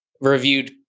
reviewed